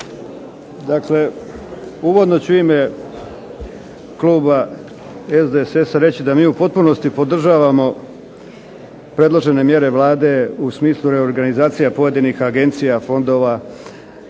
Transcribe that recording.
Dakle, uvodno ću u ime kluba SDSS-a reći da mi u potpunosti podržavamo predložene mjere Vlade u smislu reorganizacija pojedinih agencija, fondova,